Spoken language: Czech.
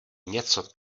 něco